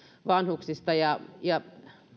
vanhuksista ja ja